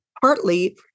partly